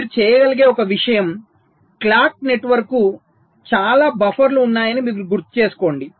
మీరు చేయగలిగే ఒక విషయం క్లాక్ నెట్వర్క్ కు చాలా బఫర్లు ఉన్నాయని మీరు గుర్తుచేసుకోండి